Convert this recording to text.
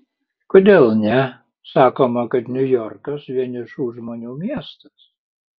kodėl ne sakoma kad niujorkas vienišų žmonių miestas